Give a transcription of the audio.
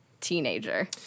Teenager